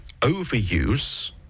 overuse